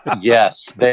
Yes